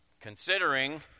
Considering